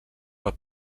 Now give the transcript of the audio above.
pel